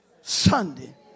Sunday